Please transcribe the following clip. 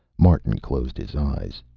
martin closed his eyes.